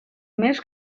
més